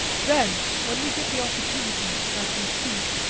then, when we get the opportunity that we seek,